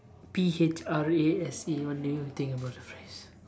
P H R A S E what do you think about the phrase